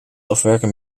afwerken